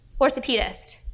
orthopedist